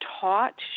taught